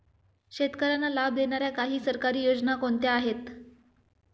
शेतकऱ्यांना लाभ देणाऱ्या काही सरकारी योजना कोणत्या आहेत?